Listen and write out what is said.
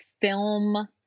film